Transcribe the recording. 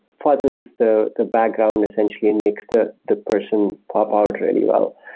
fuzzes the the background essentially and makes the the person pop out really well.